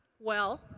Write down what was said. well,